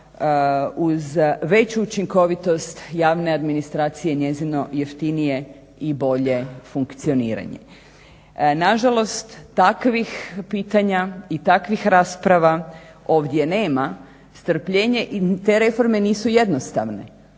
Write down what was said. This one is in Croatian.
uz veću učinkovitost javne administracije i njezino jeftinije i bolje funkcioniranje. Na žalost takvih pitanja i takvih rasprava ovdje nema. Te reforme nisu jednostavne,